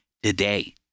Today